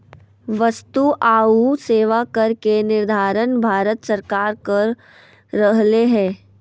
वस्तु आऊ सेवा कर के निर्धारण भारत सरकार कर रहले हें